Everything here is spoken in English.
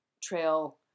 trail